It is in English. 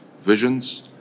visions